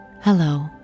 hello